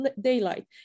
daylight